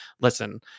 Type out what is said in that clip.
listen